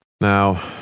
Now